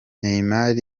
neymar